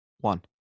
One